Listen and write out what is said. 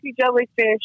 jellyfish